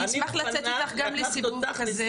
אני אשמח לצאת איתך גם לסיבוב כזה.